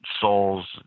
souls